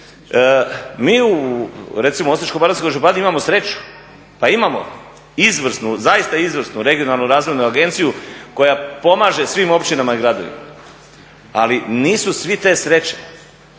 Mi u recimo Osječko-baranjskoj županiji imamo sreću pa imamo izvrsnu, zaista izvrsnu Regionalnu razvoju agenciju koja pomaže svim općinama i gradovima ali nisu svi te sreće.